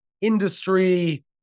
industry